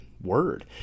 word